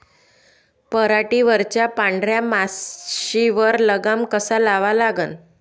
पराटीवरच्या पांढऱ्या माशीवर लगाम कसा लावा लागन?